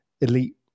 elite